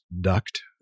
duct